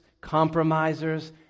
compromisers